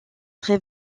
très